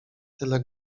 tyle